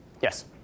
Yes